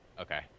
Okay